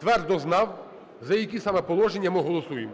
твердо знав, за які саме положення ми голосуємо.